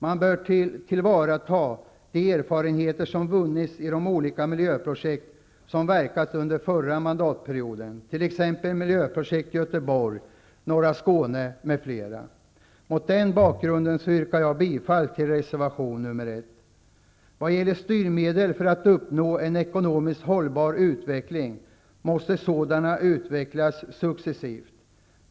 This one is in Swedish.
Man bör tillvarata de erfarenheter som har vunnits genom de olika miljöprojekt som drevs under förra mandatperioden, t.ex. Mot denna bakgrund yrkar jag bifall till reservation nr 1. I vad gäller styrmedel för att uppnå en ekonomisk hållbar utveckling måste sådana utvecklas successivt.